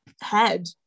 head